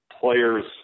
players